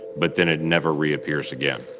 but then it never reappears again.